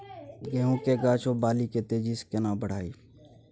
गेहूं के गाछ ओ बाली के तेजी से केना बढ़ाइब?